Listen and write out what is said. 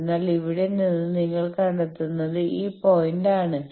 അതിനാൽ ഇവിടെ നിന്ന് നിങ്ങൾ കണ്ടെത്തുന്നത് ഈ പോയിന്റാണ്